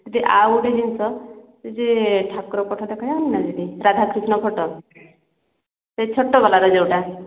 ଦିଦି ଆଉ ଗୋଟେ ଜିନଷ ଯେ ଠାକୁର ଫଟୋ ଦେଖାଯାଉନିନା ଦିଦି ରାଧା କ୍ରିଷ୍ଣ ଫଟୋ ସେ ଛୋଟ ବାଲାର ଯୋଉଟା